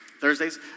Thursdays